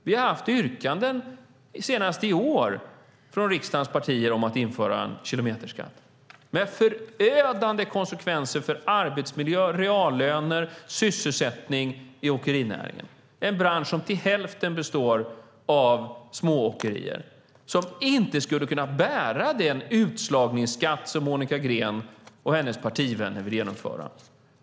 Vi har haft yrkanden, senast i år, från riksdagens partier om att införa en kilometerskatt med förödande konsekvenser för arbetsmiljö, reallöner och sysselsättning i åkerinäringen. Det är en bransch som till hälften består av smååkerier som inte skulle kunna bära den utslagningsskatt som Monica Green och hennes partivänner vill genomföra.